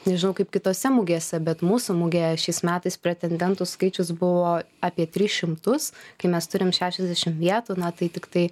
nežinau kaip kitose mugėse bet mūsų mugėje šiais metais pretendentų skaičius buvo apie tris šimtus kai mes turim šešiasdešim vietų na tai tiktai